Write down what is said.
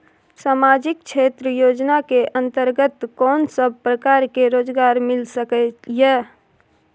सामाजिक क्षेत्र योजना के अंतर्गत कोन सब प्रकार के रोजगार मिल सके ये?